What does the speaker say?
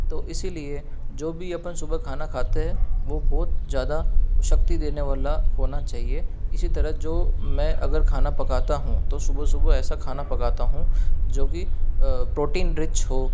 तो इसीलिए जो भी अपन सुबह खाना खाते हैं वो बहुत ज़्यादा शक्ति देने वाला होना चाहिए इसी तरह जो मैं अगर खाना पकाता हूँ तो सुबह सुबह ऐसा खाना पकाता हूँ जो कि प्रोटीन रिच हो